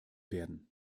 werden